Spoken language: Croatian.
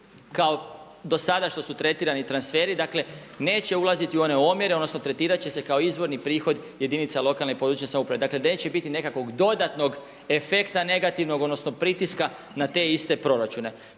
kao do sada što su tretirani transferi, dakle neće ulaziti u one omjere odnosno tretirat će se kao izvorni prihod jedinica lokalne i područne samouprave, dakle neće biti nekakvog dodatnog efekta negativnog odnosno pritiska na te iste proračune.